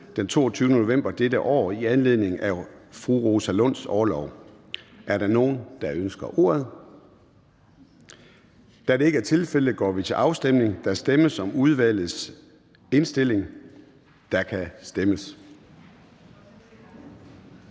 den 22. november 2022 i anledning af Rosa Lunds orlov. Er der nogen, der ønsker ordet? Da det ikke er tilfældet, går vi til afstemning. Kl. 13:01 Afstemning Formanden